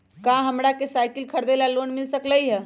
का हमरा के साईकिल खरीदे ला लोन मिल सकलई ह?